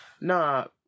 No